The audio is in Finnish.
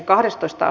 asia